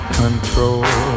control